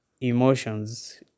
emotions